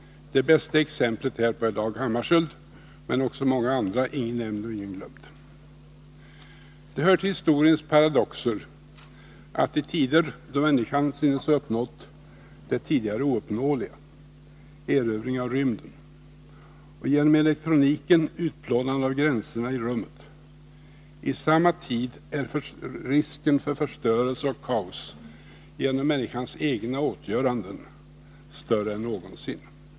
Det bästa exemplet härpå är Dag Hammarskjöld, men det finns också många andra, ingen nämnd och ingen glömd. Det hör till historiens paradoxer att i tider då människan synes ha uppnått det tidigare ouppnåeliga, erövring av rymden, och genom elektroniken utplånande av gränserna i rummet, i samma tid är risken för förstörelse och kaos genom människans egna åtgöranden större än någonsin.